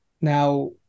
Now